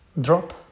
drop